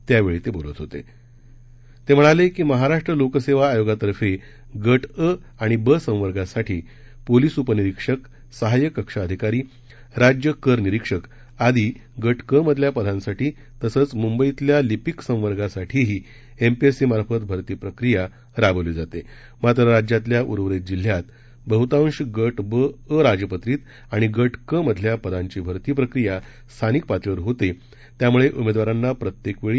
त्यावरी तखीलत होत भरण विवळी म्हणालकी महाराष्ट्र लोकसद्वी आयोगातर्फे गट अ आणि ब संवर्गासाठी पोलीस उपनिरीक्षक सहायक कक्ष अधिकारी राज्य कर निरीक्षक आदी गट क मधल्या पदांसाठी तसंच मुंबईतल्या लिपिक संवर्गासाठीही एमपीएससीमार्फत भरती प्रक्रिया राबवली जाता आत्र राज्यातल्या उर्वरित जिल्ह्यात बहुतांश गट ब अराजपत्रित आणि गट क मधल्या पदांची भरती प्रक्रिया स्थानिक पातळीवर होत तियामुळउिमद्विरांना प्रत्यक्तिवळी